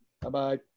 Bye-bye